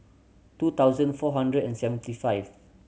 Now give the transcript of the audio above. two thousand four hundred and seventy five